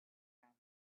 ground